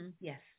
Yes